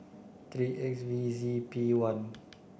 three X V Z P one